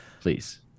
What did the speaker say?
please